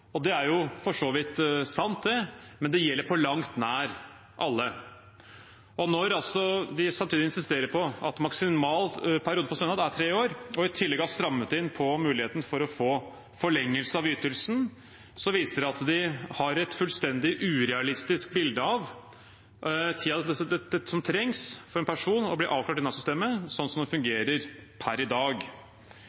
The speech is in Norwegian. Det er for så vidt sant, men det gjelder på langt nær alle. Når de samtidig insisterer på at maksimal periode for stønad er tre år og i tillegg har strammet inn på muligheten til å få forlengelse av ytelsen, viser det at de har et fullstendig urealistisk bilde av tiden som trengs før en person blir avklart i Nav-systemet, sånn som